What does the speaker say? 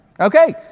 Okay